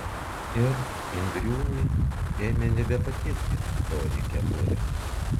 ir indriūnui ėmė nebepatikti toji kepurė